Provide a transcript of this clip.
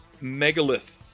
megalith